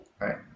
Right